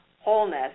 wholeness